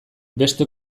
beste